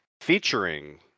featuring